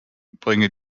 bringe